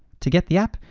to get the app,